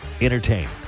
Entertain